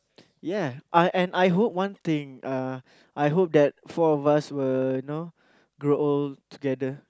ya uh and I hope one thing uh I hope that four of us will you know grow old together